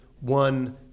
one